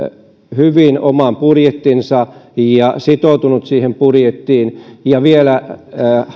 hyvin oman budjettinsa ja sitoutuneet siihen budjettiin ja vielä